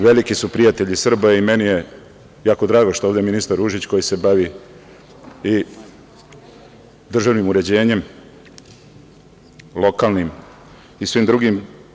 Veliki su prijatelji Srba i meni je jako drago što je ovde ministar Ružić koji se bavi i državnim uređenjem lokalnim i svim drugim.